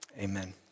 Amen